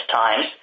times